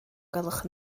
gwelwch